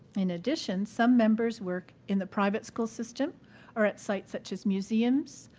in addition, some members work in the private school system or at sites such as museums,